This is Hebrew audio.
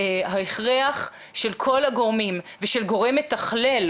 ההכרח של כל הגורמים ושל גורם מתכלל,